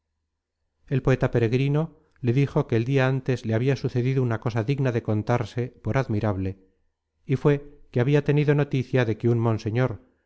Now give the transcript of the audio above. el poeta peregrino le dijo que el dia antes le habia sucedido una cosa digna de contarse por admirable y fué que habia tenido noticia de que un monseñor